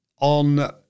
on